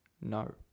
No